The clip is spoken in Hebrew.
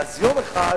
ואז יום אחד